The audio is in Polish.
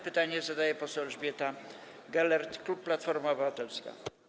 Pytanie zadaje poseł Elżbieta Gelert, klub Platforma Obywatelska.